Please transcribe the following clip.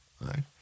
right